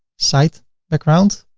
site background.